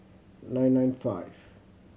nine nine five